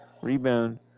Rebound